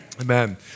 Amen